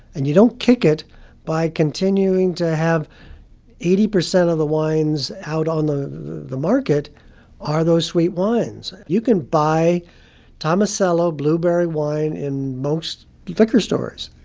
and you don't kick it by continuing to have eighty percent of the wines out on the the market are those sweet wines. you can buy tomasello blueberry wine in most liquor stores.